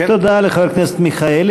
תודה לחבר הכנסת מיכאלי.